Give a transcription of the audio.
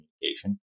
communication